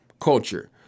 culture